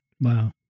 Wow